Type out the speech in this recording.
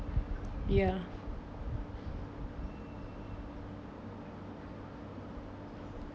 ya